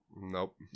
Nope